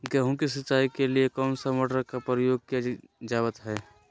गेहूं के सिंचाई के लिए कौन सा मोटर का प्रयोग किया जावत है?